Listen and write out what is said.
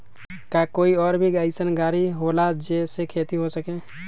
का कोई और भी अइसन और गाड़ी होला जे से खेती हो सके?